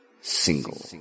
Single